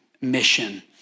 mission